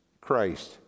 Christ